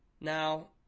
Now